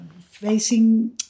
Facing